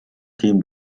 тийм